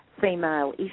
female